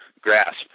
grasp